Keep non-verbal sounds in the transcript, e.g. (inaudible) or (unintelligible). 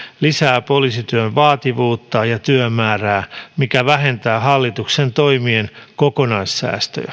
lisää poliisityön vaativuutta ja työmäärää mikä vähentää hallituksen toimien kokonaissäästöjä (unintelligible)